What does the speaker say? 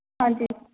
ਹਾਂਜੀ